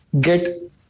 get